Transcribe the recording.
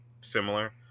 similar